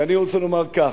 ואני רוצה לומר כך: